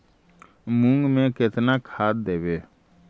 मुंग में केतना खाद देवे?